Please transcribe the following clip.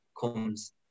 comes